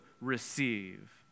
receive